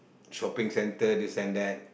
shopping center this and that